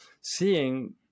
seeing